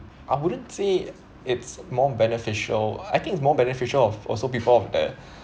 I wouldn't say it's more beneficial I think it's more beneficial of also people of the